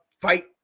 fight